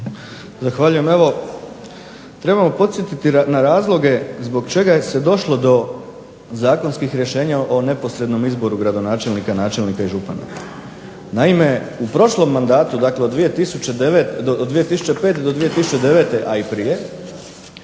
Zahvaljujem. Evo trebamo podsjetiti na razloge zbog čega se došlo do zakonskih rješenja o neposrednom izboru gradonačelnika, načelnika i župana. Naime, u prošlom mandatu, dakle od 2005. do 2009. a i prije